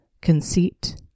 conceit